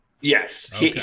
Yes